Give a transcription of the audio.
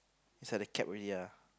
is like the cab already ah